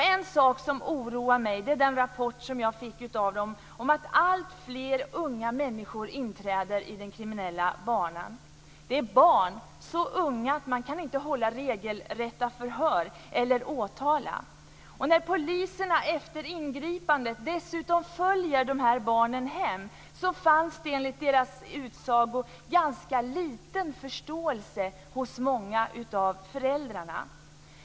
En sak som oroar mig är den rapport som jag fick av dem om att alltfler unga människor inträder på den kriminella banan. Det är barn så unga att man inte kan hålla regelrätta förhör eller åtala. Och när poliserna efter ingripande följer de här barnen hem finns det enligt deras utsago dessutom ganska liten förståelse hos många av föräldrarna.